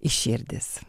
į širdis